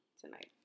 tonight